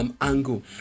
angle